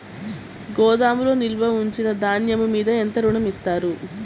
గోదాములో నిల్వ ఉంచిన ధాన్యము మీద ఎంత ఋణం ఇస్తారు?